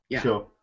Sure